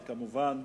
וכמובן,